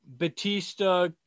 Batista